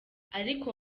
ariko